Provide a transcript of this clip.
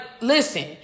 listen